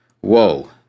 whoa